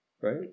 right